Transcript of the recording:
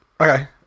Okay